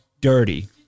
dirty